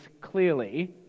clearly